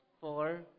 four